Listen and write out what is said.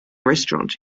restaurant